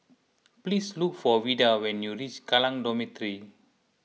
please look for Vida when you reach Kallang Dormitory